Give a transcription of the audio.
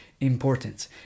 important